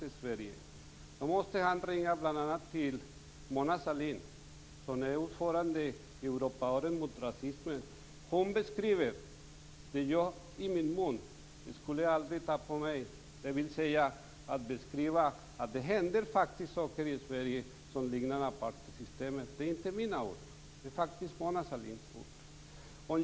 Ministern måste ringa bl.a. till Mona Sahlin, som är ordförande i kommittén för Europaåret mot rasism. Mona Sahlin beskriver vad jag aldrig skulle ta i min mun. Hon beskriver nämligen att det händer saker i Sverige som liknar apartheidsystemet. Det är alltså inte mina ord, utan det är Mona Sahlins ord.